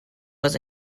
was